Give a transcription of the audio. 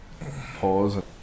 pause